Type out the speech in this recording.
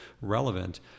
relevant